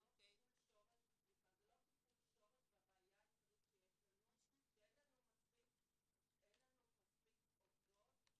זה לא טיפול שורש בבעיה העיקרית שיש לנו שאין לנו מספיק עובדות,